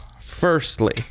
Firstly